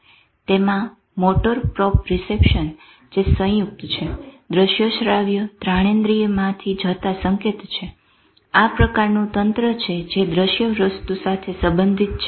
તેમાં motor proprioception જે સયુંકત દ્રશ્ય શ્રાવ્ય ધ્રાણેન્દ્રિયમાંથી જતા સંકેતો છે અને આ પ્રકારનું તંત્ર છે જે દ્રશ્ય વસ્તુ સાથે સંબંધિત છે